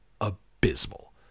abysmal